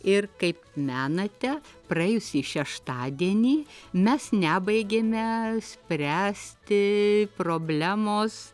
ir kaip menate praėjusį šeštadienį mes nebaigėme spręsti problemos